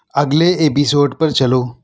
اگلے ایپیسوڈ پر چلو